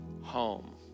home